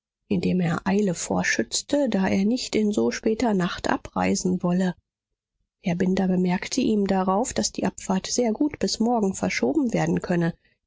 indem er eile vorschützte da er nicht in so später nacht abreisen wolle herr binder bemerkte ihm darauf daß die abfahrt sehr gut bis morgen verschoben werden könne